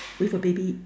with a baby